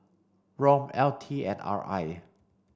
ROM L T and R I